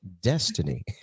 Destiny